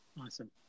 Awesome